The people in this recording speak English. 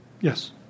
Yes